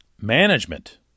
management